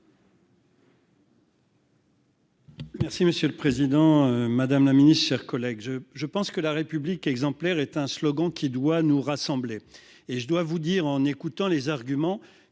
Merci, monsieur le Président Madame la Ministre chers collègues je je pense que la République exemplaire est un slogan qui doit nous rassembler et je dois vous dire en écoutant les arguments